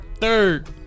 Third